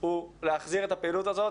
הוא להחזיר את הפעילות הזאת.